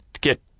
get